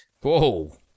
Whoa